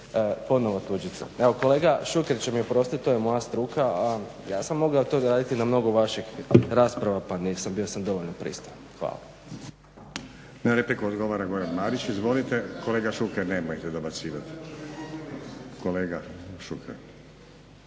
ponovo tuđice. Evo, kolega Šuker će mi oprostiti, to je moja struka, a ja sam mogao to raditi na mnogo vaših rasprava pa nisam, bio sam dovoljno pristojan. Hvala. **Stazić, Nenad (SDP)** Na repliku odgovara Goran Marić. Izvolite. Kolega Šuker nemojte dobacivati. Kolega Šuker.